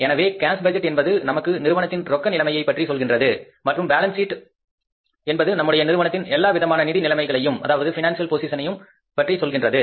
எனவே cash budget என்பது நமக்கு நிறுவனத்தின் ரொக்க நிலைமையைப் பற்றி சொல்கின்றது மற்றும் பேலன்ஸ் சீட் என்பது நம்முடைய நிறுவனத்தின் எல்லா விதமான நிதி நிலைமையைப் பற்றி சொல்கின்றது